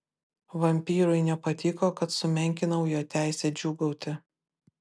vampyrui nepatiko kad sumenkinau jo teisę džiūgauti